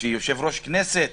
שלפיו יושב-ראש הכנסת